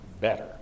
better